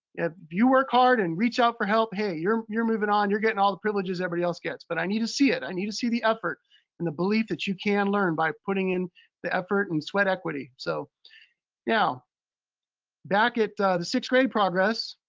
you work hard and reach out for help, hey you're you're moving on, you're getting all the privileges everybody else gets. but i need to see it, i need to see the effort and the belief that you can learn by putting in the effort and sweat equity. so now back at the sixth grade progress,